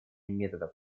методов